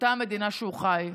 אותה מדינה שבה הוא חי,